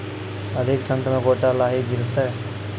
अधिक ठंड मे गोटा मे लाही गिरते?